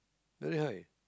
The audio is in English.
very high